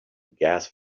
gas